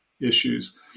issues